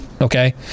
okay